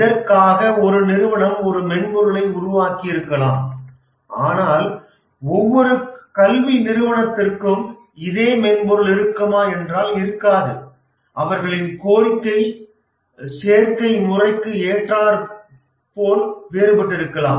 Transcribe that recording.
இதற்காக ஒரு நிறுவனம் ஒரு மென்பொருளை உருவாக்கியிருக்கலாம் ஆனால் ஒவ்வொரு கல்வி நிறுவனத்திற்கும் இதே மென்பொருள் இருக்குமா என்றால் இருக்காது அவர்களின் சேர்க்கை முறைக்கு ஏற்றாற்போல் வேறுபட்டிருக்கலாம்